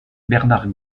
bernard